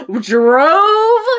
drove